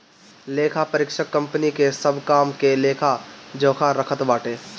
लेखापरीक्षक कंपनी के सब काम के लेखा जोखा रखत बाटे